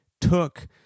took